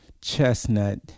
Chestnut